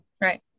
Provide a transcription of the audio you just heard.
Right